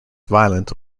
violent